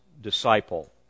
disciple